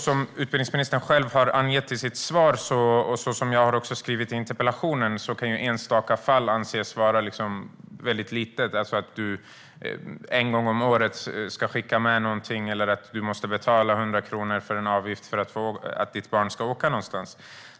Som utbildningsministern själv säger i sitt svar och som jag har skrivit i interpellationen kan enstaka fall anses vara något väldigt litet, att du en gång om året ska skicka med någonting eller att du måste betala 100 kronor för att ditt barn ska åka någonstans.